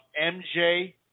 MJ